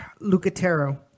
Lucatero